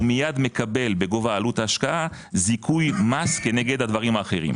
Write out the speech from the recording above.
הוא מייד מקבל בגובה עלות ההשקעה זיכוי מס כנגד הדברים האחרים,